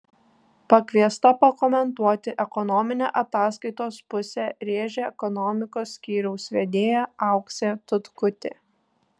pakviesta pakomentuoti ekonominę ataskaitos pusę rėžė ekonomikos skyriaus vedėja auksė tutkutė